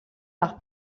mar